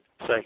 Say